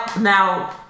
now